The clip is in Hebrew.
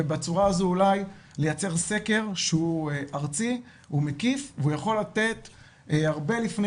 ובצורה הזו אולי לייצר סקר ש הוא ארצי ומקיף ויכול לתת הרבה לפני